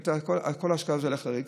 וכל ההשקעה לריק.